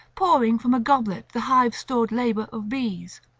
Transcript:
pouring from a goblet the hive-stored labour of bees.